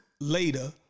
later